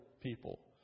people